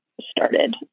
started